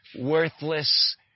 worthless